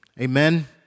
Amen